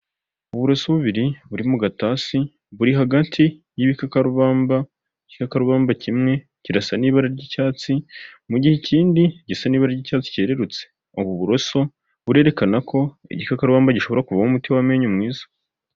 Uburoso bubiri buri mu gatasi buri hagati y'ibikakarubamba, igikakakarumba kimwe kirasa n'ibara ry'icyatsi mu gihe ikindi gisa n'ibara ry'icyatsi cyerurutse, ubu buroso burerekana ko igikaromba gishobora kuvamo umuti w'amenyo mwiza.